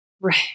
Right